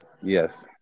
Yes